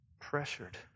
pressured